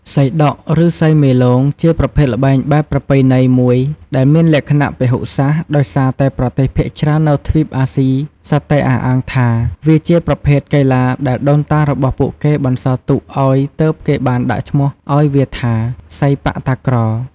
សីដក់ ឬ សីមេលោង ជាប្រភេទល្បែងបែបប្រពៃណីមួយដែលមានលក្ខណៈពហុសាសន៍ដោយសារតែប្រទេស ភាគច្រើននៅទ្វីបអាស៊ីសុទ្ធតែអះអាងថា វាជាប្រភេទកីឡាដែលដូនតារបស់ពួកគេបន្សល់ទុកឲ្យទើបគេបានដាក់ឈ្មោះឲ្យវាថា សីប៉ាក់តាក្រ។